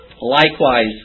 Likewise